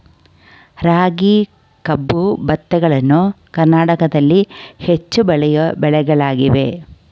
ರಾಗಿ, ಕಬ್ಬು, ಭತ್ತಗಳನ್ನು ಕರ್ನಾಟಕದಲ್ಲಿ ಹೆಚ್ಚು ಬೆಳೆಯೋ ಬೆಳೆಗಳಾಗಿವೆ